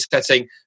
setting